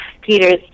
Peter's